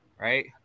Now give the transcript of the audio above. right